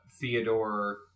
Theodore